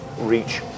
reach